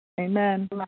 Amen